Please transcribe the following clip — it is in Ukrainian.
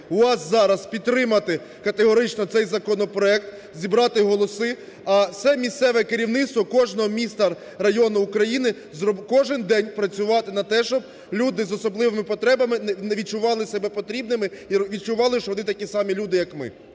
вас зараз підтримати категорично цей законопроект, зібрати голоси. А все місцеве керівництво кожного міста, району України кожен день працювати на те, щоб люди з особливими потребами не відчували себе непотрібними і відчували, що вони такі самі люди, як ми.